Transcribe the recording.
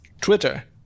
Twitter